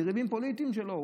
יריבים פוליטיים שלו,